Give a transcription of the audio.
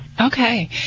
Okay